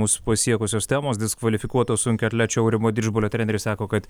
mus pasiekusios temos diskvalifikuoto sunkiaatlečio aurimo didžbalio treneris sako kad